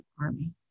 Army